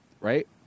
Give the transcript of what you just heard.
Right